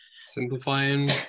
simplifying